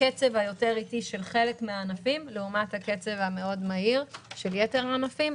הקצב האטי יותר של חלק מן הענפים לעומת הקצב המהיר מאוד של יתר הענפים,